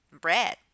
bread